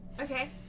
Okay